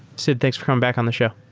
sid, thanks for coming back on the show.